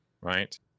right